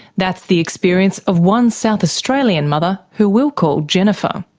that's the experience of one south australian mother, who we'll call jennifer.